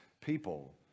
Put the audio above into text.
people